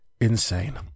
insane